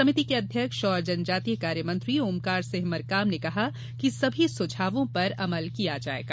समिति के अध्यक्ष एवं जनजातीय कार्य मंत्री ओमकार सिंह मरकाम ने कहा कि सभी सुझावों पर अमल किया जायेगा